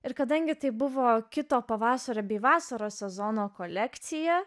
ir kadangi tai buvo kito pavasario bei vasaros sezono kolekcija